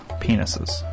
penises